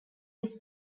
this